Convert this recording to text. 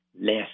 less